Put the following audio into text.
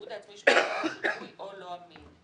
התיעוד העצמי שברשותו שגוי או לא אמין.